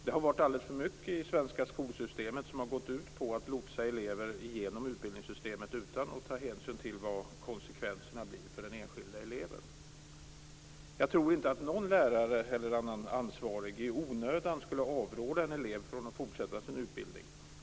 Det har varit alldeles för mycket i det svenska skolsystemet som gått ut på att lotsa elever genom utbildningssystemet utan hänsyn till vilka konsekvenserna blir för den enskilde eleven. Jag tror inte att någon lärare eller annan ansvarig i onödan skulle avråda en elev från att fortsätta sin utbildning.